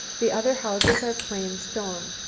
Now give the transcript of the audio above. the other houses are plain stone,